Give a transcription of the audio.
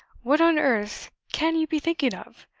what on earth can you be thinking of?